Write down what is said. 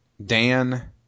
Dan